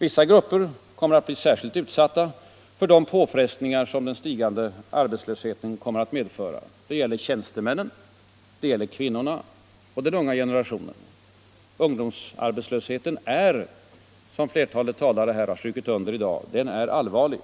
Vissa grupper kommer att bli särskilt utsatta för de påfrestningar som den stigande arbetslösheten medför. Det gäller tjänstemännen, kvinnorna och den unga generationen. Ungdomsarbetslösheten är — som flertalet talare har strukit under här i dag — allvarlig.